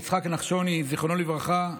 יצחק נחשוני, זיכרונו לברכה.